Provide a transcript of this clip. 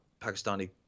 Pakistani